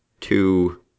two